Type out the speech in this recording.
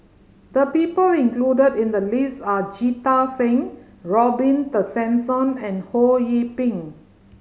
the people included in the list are Jita Singh Robin Tessensohn and Ho Yee Ping